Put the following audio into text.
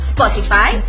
Spotify